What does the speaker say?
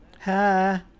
hi